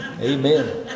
Amen